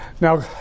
Now